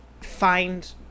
find